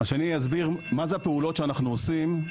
אני אסביר מה זה הפעולות שאנחנו עושים,